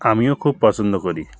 আমিও খুব পছন্দ করি